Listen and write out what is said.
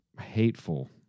hateful